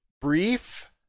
brief